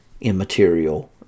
immaterial